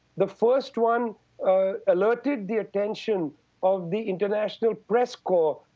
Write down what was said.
the first one alerted the attention of the international press corps,